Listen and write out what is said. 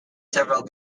several